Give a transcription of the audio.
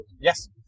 Yes